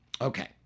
Okay